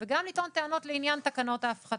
וגם לטעון טענות לעניין תקנות ההפחתה.